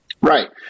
Right